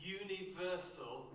universal